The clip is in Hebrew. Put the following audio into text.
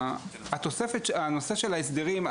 הנושא של ההסדרים,